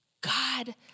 God